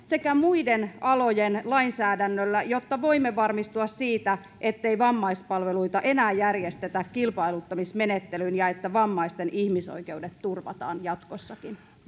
sekä muiden alojen lainsäädännöllä jotta voimme varmistua siitä ettei vammaispalveluita enää järjestetä kilpailuttamismenettelyin ja että vammaisten ihmisoikeudet turvataan jatkossakin